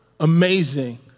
Amazing